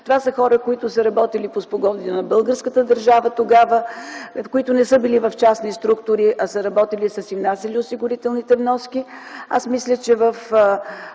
Това са хора, които са работили по спогодби на българската държава тогава, които не са били в частни структури, а са работили и са си внасяли осигурителните вноски. Аз мисля, че в